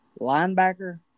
linebacker